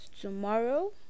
tomorrow